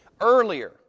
...earlier